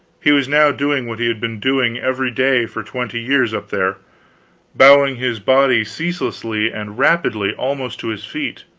he was now doing what he had been doing every day for twenty years up there bowing his body ceaselessly and rapidly almost to his feet.